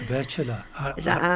Bachelor